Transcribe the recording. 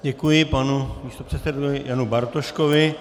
Děkuji panu místopředsedovi Janu Bartoškovi.